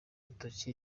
urutoki